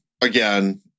again